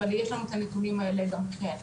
אבל יש לנו את הנתונים האלה גם כן.